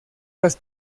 las